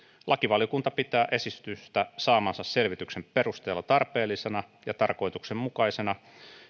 lakivaliokunta pitää esitystä saamansa selvityksen perusteella tarpeellisena ja tarkoituksenmukaisena